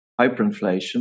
hyperinflation